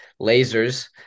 lasers